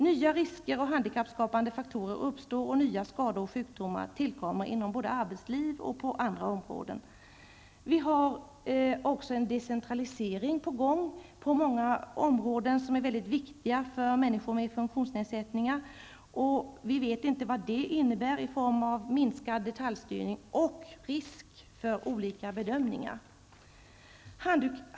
Nya risker och handikappskapande faktorer samt nya skador och sjukdomar tillkommer både inom arbetslivet och på andra områden. En decentralisering är också på gång på många av de områden som är väldigt viktiga för människor med funktionsnedsättning. Vi vet inte vad det kan innebära i form av minskad detaljstyrning och risk för olika bedömningar.